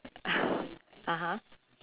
(uh huh)